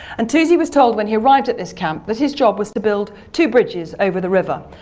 and toosey was told when he arrived at this camp that his job was to build two bridges over the river.